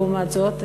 לעומת זאת,